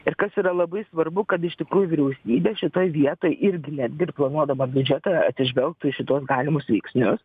ir kas yra labai svarbu kad iš tikrųjų vyriausybė šitoj vietoj irgi netgi ir planuodama biudžetą atsižvelgtų į šituos galimus veiksnius